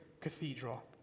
cathedral